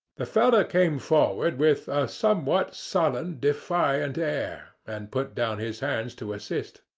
the fellow came forward with a somewhat sullen, defiant air, and put down his hands to assist.